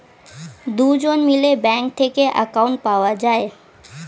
দুজন মিলে ব্যাঙ্ক থেকে অ্যাকাউন্ট পাওয়া যায়